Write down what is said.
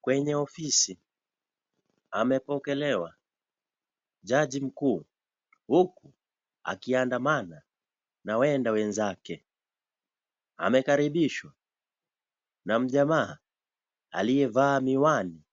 Kwenye ofisi, amepokelewa jaji mkuu huku akiadamana na wenda wenzake. Amekaribishwa na mjamaa aliyavaa miwani na